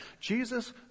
Jesus